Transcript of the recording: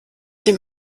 dem